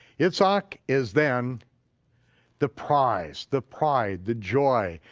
yitzhak is then the prize, the pride, the joy,